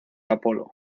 apolo